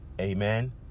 Amen